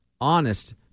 honest